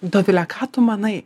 dovile ką tu manai